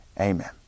amen